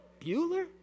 Bueller